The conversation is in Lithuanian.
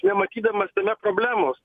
nematydamas tame problemos